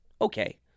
Okay